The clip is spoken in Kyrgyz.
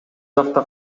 жакта